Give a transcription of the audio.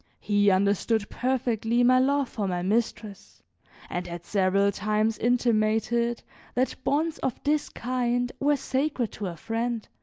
he understood perfectly my love for my mistress and had several times intimated that bonds of this kind were sacred to a friend,